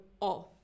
off